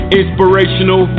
inspirational